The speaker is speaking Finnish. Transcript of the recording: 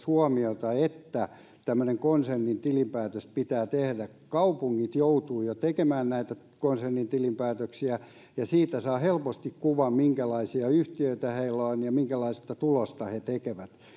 huomiota että tämmöinen konsernitilinpäätös pitää tehdä kaupungit joutuvat jo tekemään näitä konsernitilinpäätöksiä ja siitä saa helposti kuvan minkälaisia yhtiöitä heillä on ja minkälaista tulosta he tekevät